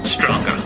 Stronger